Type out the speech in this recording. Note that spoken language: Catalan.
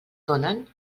donen